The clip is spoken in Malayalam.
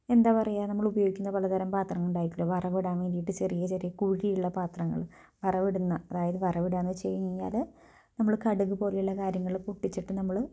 എന്താ പറയുക നമ്മൾ ഉപയോഗിക്കുന്ന പല തരം പാത്രങ്ങള് ഉണ്ടായിട്ടില്ല വറവിടാൻ വേണ്ടിയിട്ട് ചെറിയ ചെറിയ കുഴി ഉള്ള പാത്രങ്ങള് വറവിടുന്ന അതായത് വറവിടുക എന്ന് വെച്ച് കഴിഞ്ഞ് കഴിഞ്ഞാല് നമ്മള് കടുക് പോലുള്ള് കാര്യങ്ങള് പൊട്ടിച്ചിട്ട് നമ്മള്